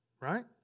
Right